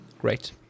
Great